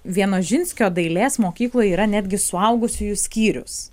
vienožinskio dailės mokykloj yra netgi suaugusiųjų skyrius